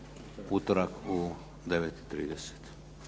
utorak u 9,30.